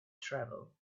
travel